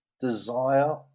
desire